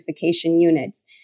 units